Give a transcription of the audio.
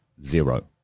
zero